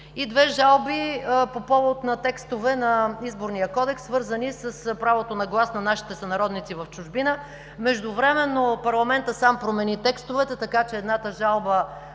две жалби по повод на текстове от Изборния кодекс, свързани с правото на глас на нашите сънародници в чужбина. Междувременно парламентът сам промени текстовете, така че едната жалба